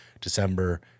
december